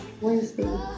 Wednesday